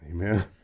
Amen